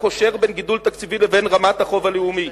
הקושר בין גידול תקציבי לבין רמת החוב הלאומי.